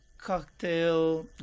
cocktail